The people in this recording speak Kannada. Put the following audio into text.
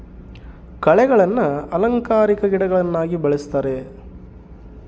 ಕಳೆಗಳನ್ನ ಅಲಂಕಾರಿಕ ಗಿಡಗಳನ್ನಾಗಿ ಬೆಳಿಸ್ತರೆ